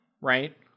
right